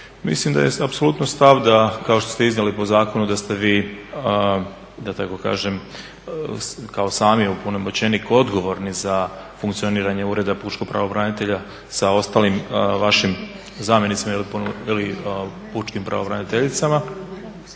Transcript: Mislim da jest apsolutno stav da kao što ste iznijeli po zakonu da ste vi da tako kažem kao sami opunomoćenik odgovorni za funkcioniranje Ureda pučkog pravobranitelja sa ostalim vašim zamjenicima ili pučkim pravobraniteljicama